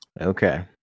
Okay